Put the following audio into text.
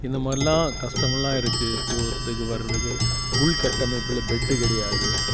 இந்தமாதிரிலாம் கஷ்டங்கள்லாம் இருக்குது போகிறத்துக்கு வர்றதுக்கு உள்கட்டமைப்பில் பெட்டு கிடைக்காது